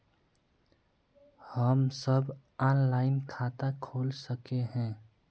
हम सब ऑनलाइन खाता खोल सके है?